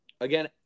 again